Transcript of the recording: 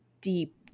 deep